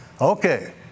Okay